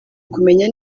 ukumenya